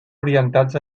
orientats